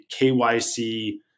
KYC